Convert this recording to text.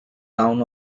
town